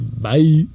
bye